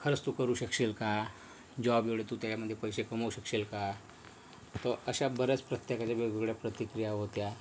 खरंच तू करू शकशील का जॉब एवढे तू त्याच्यामध्ये पैसे कमवू शकशील का तर अशा बऱ्याच प्रत्येकाच्या वेगवेगळ्या प्रतिक्रिया होत्या